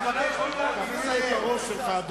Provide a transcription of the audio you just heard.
את הראש שלך,